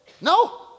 no